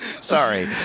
Sorry